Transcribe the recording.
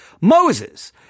Moses